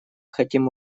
хотим